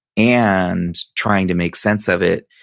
and trying to make sense of it.